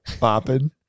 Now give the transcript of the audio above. Popping